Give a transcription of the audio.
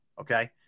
Okay